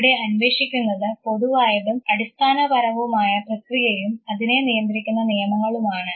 ഇവിടെ അന്വേഷിക്കുന്നത് പൊതുവായതും അടിസ്ഥാനപരവുമായ പ്രക്രിയയും അതിനെ നിയന്ത്രിക്കുന്ന നിയമങ്ങളുമാണ്